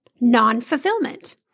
non-fulfillment